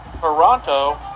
Toronto